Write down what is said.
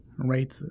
Right